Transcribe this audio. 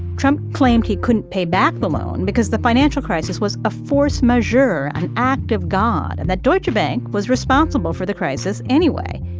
trump claimed he couldn't pay back the loan because the financial crisis was a force majeure, an act of god, and that deutsche bank was responsible for the crisis anyway.